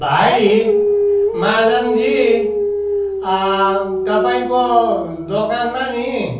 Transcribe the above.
भाइ महाजनजी तपाईँको दोकानमा नि